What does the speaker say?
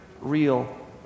real